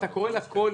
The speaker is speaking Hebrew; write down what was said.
פשוט להבין